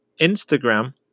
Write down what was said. Instagram